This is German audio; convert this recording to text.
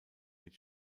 mit